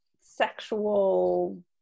sexual